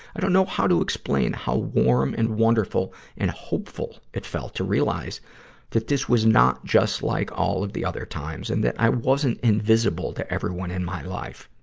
i don't know how to explain how warm and wonderful and hopeful it felt to realize that this was not just like all of the other times and that i wasn't invisible to everyone in my life.